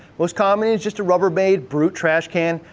most commonly, it's just a rubbermaid brute trashcan.